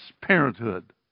parenthood